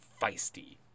feisty